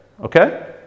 okay